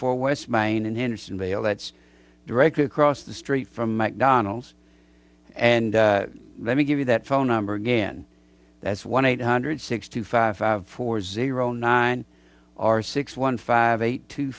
four west main in hendersonville that's directly across the street from mcdonald's and let me give you that phone number again that's one eight hundred six two five four zero nine or six one five eight two